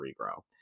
regrow